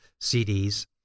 CDs